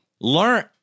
Learn